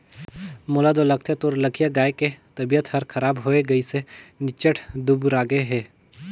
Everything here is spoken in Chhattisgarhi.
मोला तो लगथे तोर लखिया गाय के तबियत हर खराब होये गइसे निच्च्ट दुबरागे हे